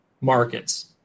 markets